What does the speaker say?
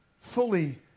fully